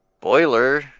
Boiler